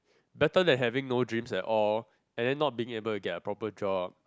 better than having no dreams at all and then not being able to get a proper job